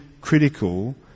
critical